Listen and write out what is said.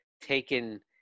taken